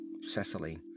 Cecily